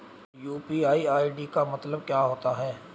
UPI ID का मतलब क्या होता है?